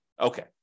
Okay